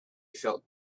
felt